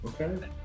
Okay